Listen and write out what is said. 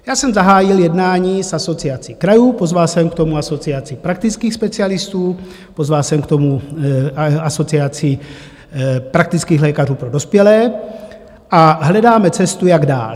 Já jsem zahájil jednání s Asociací krajů, pozval jsem k tomu asociaci praktických specialistů, pozval jsem k tomu asociaci praktických lékařů pro dospělé a hledáme cestu, jak dál.